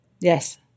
Yes